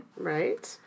Right